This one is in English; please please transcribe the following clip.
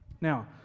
Now